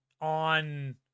on